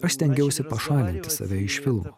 aš stengiausi pašalinti save iš filmo